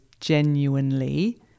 genuinely –